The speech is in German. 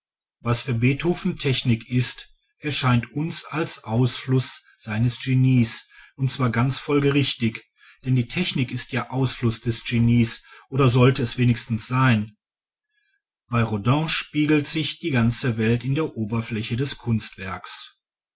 was für beethoven technik ist erscheint uns als ausfluss seines genies und zwar ganz folgerichtig denn die technik ist ja ausfluss des genies oder sollte es wenigstens sein bei rodin spiegelt sich die ganze welt in der oberfläche des kunstwerkes